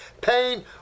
pain